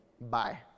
Bye